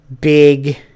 big